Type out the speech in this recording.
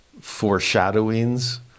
foreshadowings